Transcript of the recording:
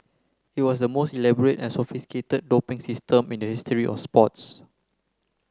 it was the most elaborate and sophisticated doping system in the history of sports